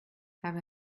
have